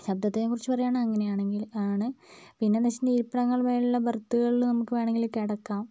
ശബ്ദത്തെക്കുറിച്ച് പറയുവാണ് അങ്ങനെയാണെങ്കില് ആണ് പിന്നെന്ന് വെച്ചിട്ടുണ്ടെങ്കിൽ ഇരിപ്പിടങ്ങളുടെ മുകളിലുള്ള ബർത്തുകളില് നമുക്ക് വേണമെങ്കിൽ കിടക്കാം